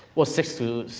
well, six to,